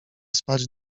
spać